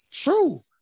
true